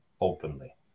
openly